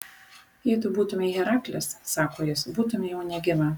jei tu būtumei heraklis sako jis būtumei jau negyva